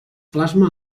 plasma